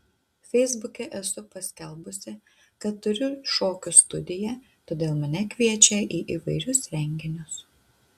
feisbuke esu paskelbusi kad turiu šokių studiją todėl mane kviečia į įvairius renginius